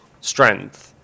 strength